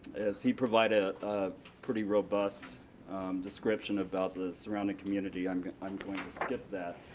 as he provided a pretty robust description about the surrounding community, i'm going i'm going to skip that.